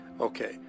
okay